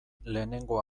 lehenengo